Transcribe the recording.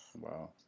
Wow